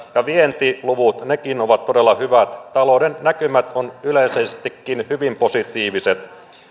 ja vientiluvutkin ovat todella hyvät talouden näkymät ovat yleisestikin hyvin positiiviset